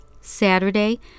Saturday